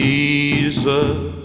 Jesus